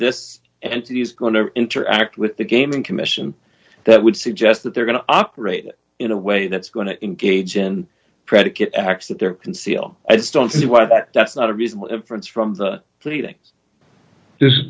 entity is going to interact with the gaming commission that would suggest that they're going to operate in a way that's going to engage in predicate acts that they're conceal i just don't see why that that's not a reason for this from the pleadings this